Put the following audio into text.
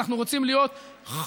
אנחנו רוצים להיות צודקים,